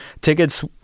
tickets